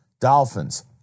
Dolphins